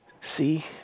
see